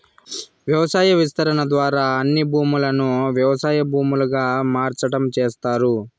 వ్యవసాయ విస్తరణ ద్వారా అన్ని భూములను వ్యవసాయ భూములుగా మార్సటం చేస్తారు